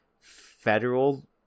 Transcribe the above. federal